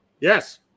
yes